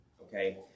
okay